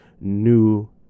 new